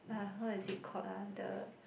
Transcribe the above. ah what is it called ah the